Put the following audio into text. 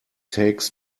takes